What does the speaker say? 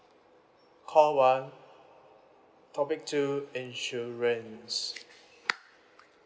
call one topic two insurance